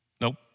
Nope